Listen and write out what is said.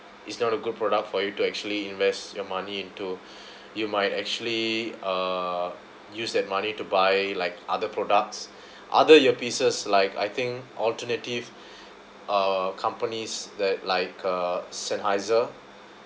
it's not a good product for you to actually invest your money into you might actually uh use that money to buy like other products other earpieces like I think alternative uh companies that like uh Seinheiser